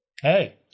Hey